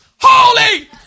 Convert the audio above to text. Holy